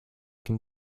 can